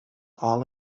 all